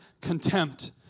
contempt